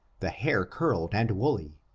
the hair curled and woolly,